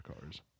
cars